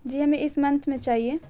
جی ہمیں اس منتھ میں چاہیے